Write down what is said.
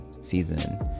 season